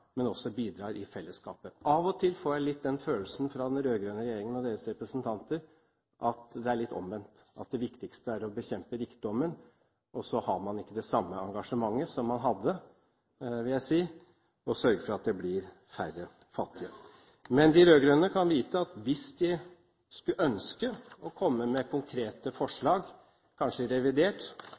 men også bidrar i fellesskapet. Av og til får jeg den følelsen fra den rød-grønne regjeringen og deres representanter at det er litt omvendt, at det viktigste er å bekjempe rikdommen, og så har man ikke det samme engasjementet som man hadde – vil jeg si – for å sørge for at det blir færre fattige. Men de rød-grønne kan vite at hvis de skulle ønske å komme med konkrete forslag, kanskje i revidert,